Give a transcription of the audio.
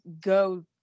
go